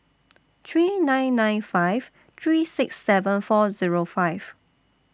three nine nine five three six seven four Zero five